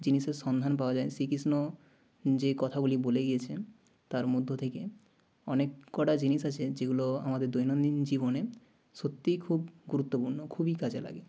জিনিসের সন্ধান পাওয়া যায় শ্রীকৃষ্ণ যে কথাগুলি বলে গিয়েছেন তার মধ্যে থেকে অনেক কটা জিনিস আছে যেগুলো আমাদের দৈনন্দিন জীবনে সত্যিই খুব গুরুত্বপূর্ণ খুবই কাজে লাগে